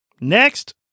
Next